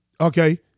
Okay